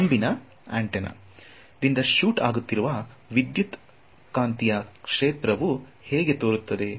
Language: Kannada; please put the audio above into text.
ಕೊಂಬಿನ ಆಂಟೆನಾ ದಿಂದ ಶೂಟ್ ಆಗುತ್ತಿರುವ ವಿದ್ಯುತ್ಕಾಂತೀಯ ಕ್ಷೇತ್ರವು ಹೇಗೆ ತೋರುತ್ತದೆ